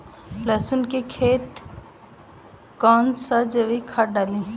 लहसुन के खेत कौन सा जैविक खाद डाली?